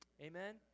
Amen